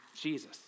Jesus